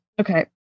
Okay